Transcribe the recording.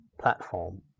platform